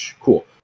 Cool